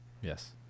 Yes